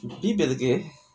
beep எதுக்கு:ethukku